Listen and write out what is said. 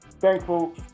thankful